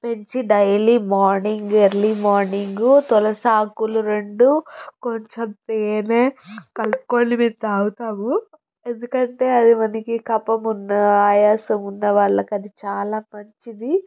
పెంచి daily morning early morning తులసి ఆకులు రెండు కొంచెం తేనె కలుపుకొని మేము తాగుతాము ఎందుకంటే అది మనకి కఫం ఉన్న ఆయాసం ఉన్న వాళ్ళకి అది చాలా మంచిది